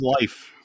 life